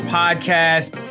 podcast